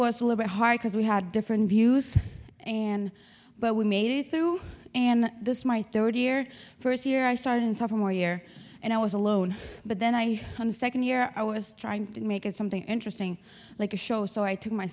was a little bit hard because we had different views and but we made it through and this my third year first year i started in sophomore year and i was alone but then i on second year i was trying to make it something interesting like a show so i took my